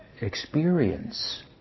experience